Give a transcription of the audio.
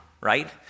right